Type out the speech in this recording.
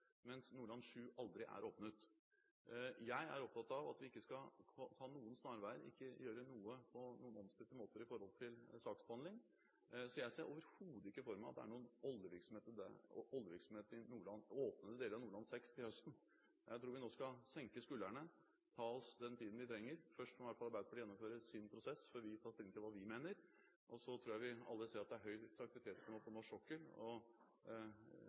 mens Nordland VII aldri er åpnet. Jeg er opptatt av at vi ikke skal ta noen snarveier, ikke gjøre noe på en omstridt måte når det gjelder saksbehandling, så jeg ser overhodet ikke for meg at det er åpnet deler av Nordland VI til høsten. Jeg tror vi nå skal senke skuldrene, og ta oss den tiden vi trenger. Først må i alle fall Arbeiderpartiet gjennomføre sin prosess før vi tar stilling til hva vi mener. Så tror jeg vi alle ser at det er høyt aktivitetsnivå på norsk sokkel.